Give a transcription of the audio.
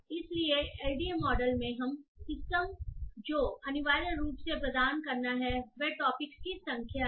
इसलिए LDA model में हमें सिस्टम को जो अनिवार्य रूप से प्रदान करना है वह टॉपिक्स की संख्या है